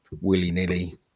willy-nilly